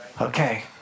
Okay